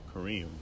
Kareem